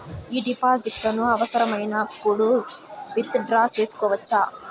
ఈ డిపాజిట్లను అవసరమైనప్పుడు విత్ డ్రా సేసుకోవచ్చా?